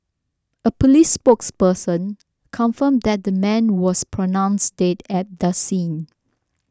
a police spokesperson confirmed that the man was pronounced dead at the scene